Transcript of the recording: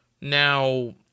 Now